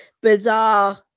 bizarre